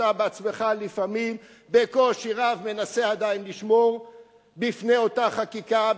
אתה עצמך לפעמים בקושי רב מנסה עדיין לשמור בפני אותה חקיקה,